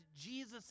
Jesus